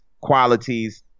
qualities